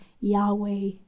Yahweh